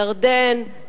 ירדן,